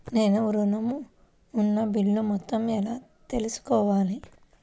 నేను ఋణం ఉన్న బిల్లు మొత్తం ఎలా తెలుసుకోవాలి?